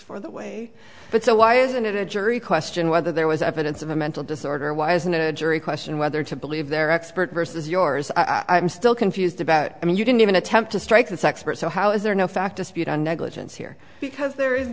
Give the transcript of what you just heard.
for the way but so why isn't it a jury question whether there was evidence of a mental disorder why isn't a jury question whether to believe their expert versus yours i'm still confused about i mean you didn't even attempt to strike this expert so how is there no fact dispute on negligence here because there is